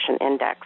Index